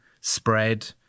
spread